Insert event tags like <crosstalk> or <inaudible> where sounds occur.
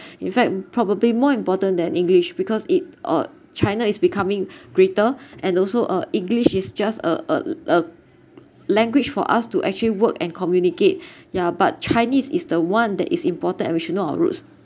in fact probably more important than english because it uh china is becoming greater and also uh english is just a a <noise> language for us to actually work and communicate yeah but chinese is the one that is important and we should know our roots